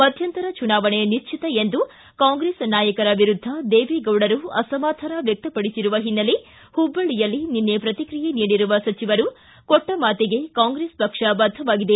ಮಧ್ಯಂತರ ಚುನಾವಣೆ ನಿಶ್ಚಿತ ಎಂದು ಕಾಂಗ್ರೆಸ್ ನಾಯಕರ ವಿರುದ್ದ ದೇವೇಗೌಡರು ಅಸಮಾಧಾನ ವ್ಯಕ್ತಪಡಿಸಿರುವ ಹಿನ್ನೆಲೆ ಹುಬ್ಬಳ್ಳಿಯಲ್ಲಿ ನಿನ್ನೆ ಪ್ರತಿಕ್ರಿಯೆ ನೀಡಿರುವ ಸಚಿವರು ಕೊಟ್ಟ ಮಾತಿಗೆ ಕಾಂಗ್ರೆಸ್ ಪಕ್ಷ ಬದ್ದವಾಗಿದೆ